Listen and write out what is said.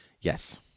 Yes